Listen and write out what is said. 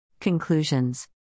Conclusions